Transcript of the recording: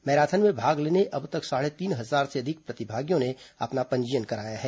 marathon में भाग लेने अब तक साढ़े तीन हजार से अधिक प्रतिभागियों ने अपना पंजीयन कराया है